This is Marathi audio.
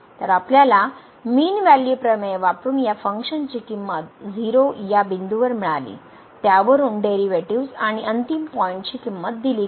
तर आपल्याला मीन व्हॅल्यू प्रमेय वापरून या फंक्शन ची किंमत 0 या बिंदूवर मिळाली त्या वरून डेरिव्हेटिव्हज आणि अंतिम पॉईंट्स ची किंमत दिली गेली